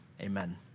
Amen